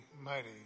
mighty